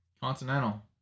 Continental